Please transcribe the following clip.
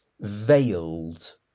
Veiled